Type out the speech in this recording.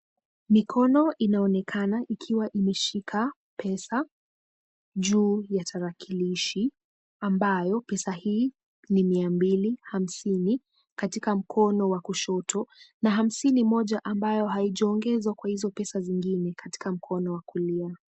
Mikono inaonekana ikiwa imeshika pesa juu ya tarakilishi ambayo pesa hii ni mia mbili hamsini katika mkono wa kushoto na hamsini moja ambayo haijaongezwa kwa hizo pesa za zingine katika mkono wa kulia.